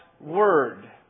word